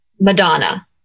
Madonna